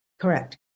Correct